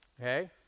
okay